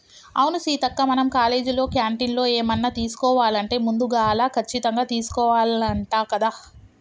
అవును సీతక్క మనం కాలేజీలో క్యాంటీన్లో ఏమన్నా తీసుకోవాలంటే ముందుగాల కచ్చితంగా తీసుకోవాల్నంట కదా